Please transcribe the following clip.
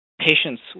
patients